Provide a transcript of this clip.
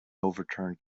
overturned